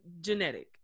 genetic